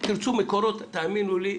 תמצאו מקורות תאמינו לי,